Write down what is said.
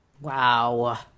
Wow